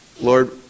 Lord